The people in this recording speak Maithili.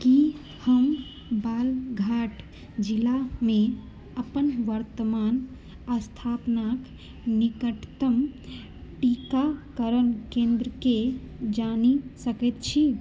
की हम बालघाट जिलामे अपन वर्तमान स्थानक निकटतम टीकाकरण केंन्द्रके जानि सकैत छी